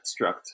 struct